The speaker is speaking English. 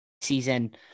season